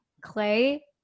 Clay